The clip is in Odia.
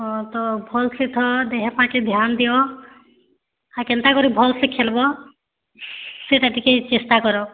ହଁ ତ ଭଲ୍ସେ ଖାଅ ଦେହପାହାକେ ଧ୍ୟାନ୍ ଦିଅ ଆଉ କେନ୍ତା କରି ଭଲ୍ସେ ଖେଲ୍ବ ସେଇଟା ଟିକେ ଚେଷ୍ଟା କର